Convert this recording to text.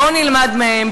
בואו נלמד מהם.